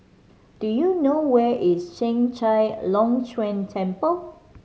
do you know where is Chek Chai Long Chuen Temple